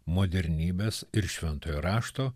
modernybės ir šventojo rašto